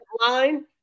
line